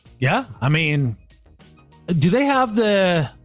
yeah. i mean do they have the.